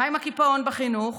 מה עם הקיפאון בחינוך?